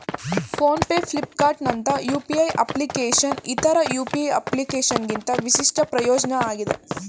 phone pay ಫ್ಲಿಪ್ಕಾರ್ಟ್ನಂತ UPI ಅಪ್ಲಿಕೇಶನ್ನ್ ಇತರ ಯು.ಪಿ.ಐ ಅಪ್ಲಿಕೇಶನ್ಗಿಂತ ವಿಶಿಷ್ಟ ಪ್ರಯೋಜ್ನ ಆಗಿದೆ